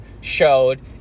showed